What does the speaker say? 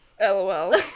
LOL